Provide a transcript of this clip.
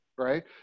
right